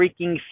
freaking